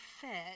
fed